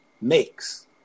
Makes